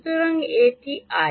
সুতরাং এটি I